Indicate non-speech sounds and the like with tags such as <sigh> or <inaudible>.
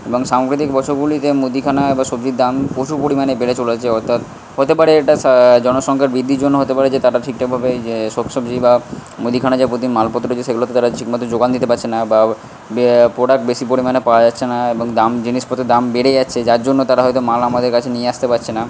এবং সাম্প্রতিক বছরগুলিতে মুদিখানা বা সবজির দাম প্রচুর পরিমাণে বেড়ে চলেছে অর্থাৎ হতে পারে এটা <unintelligible> জনসংখ্যার বৃদ্ধির জন্য হতে পারে যে তারা ঠিকঠাকভাবে এই যে <unintelligible> বা মুদিখানার যে <unintelligible> মালপত্র যে সেগুলোকে তারা ঠিকমতো জোগান দিতে পারছে না বা প্রোডাক্ট বেশি পরিমাণে পাওয়া যাচ্ছে না এবং দাম জিনিসপত্রের দাম বেড়ে যাচ্ছে যার জন্য তারা হয়তো মাল আমাদের কাছে নিয়ে আসতে পারছে না